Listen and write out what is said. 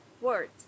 word